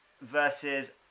versus